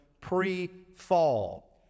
pre-fall